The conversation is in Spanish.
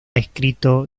escrito